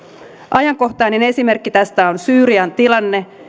ajankohtainen esimerkki tästä on syyrian tilanne